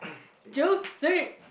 juicy